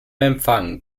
empfang